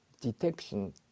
detection